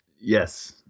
yes